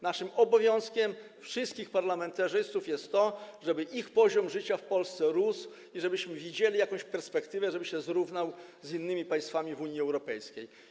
Naszym obowiązkiem, wszystkich parlamentarzystów, jest to, żeby ich poziom życia w Polsce rósł i żebyśmy widzieli jakąś perspektywę, by się zrównać z innymi państwami w Unii Europejskiej.